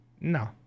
No